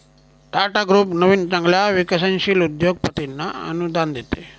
Tata group नवीन चांगल्या विकसनशील उद्योगपतींना अनुदान देते